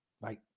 Right